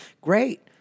Great